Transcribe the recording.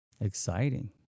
exciting